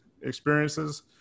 experiences